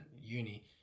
uni